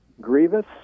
grievous